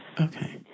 Okay